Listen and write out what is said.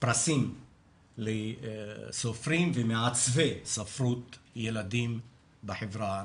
פרסים לסופרים ומעצבי ספרות ילדים בחברה הערבית.